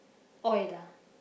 oil lah